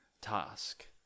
task